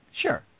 Sure